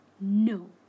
No